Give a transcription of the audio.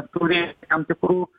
turi tam tikrų